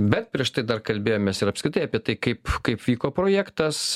bet prieš tai dar kalbėjomės ir apskritai apie tai kaip kaip vyko projektas